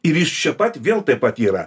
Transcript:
ir jis čia pat vėl taip pat yra